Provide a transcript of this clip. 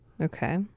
Okay